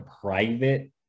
private